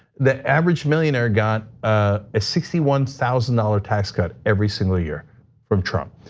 the average millionaire got a ah sixty one thousand dollars tax cut every single year from trump.